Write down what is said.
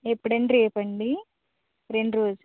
ఎప్పుడండి రేపండి రెండు రోజులు